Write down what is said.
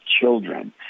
children